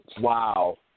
Wow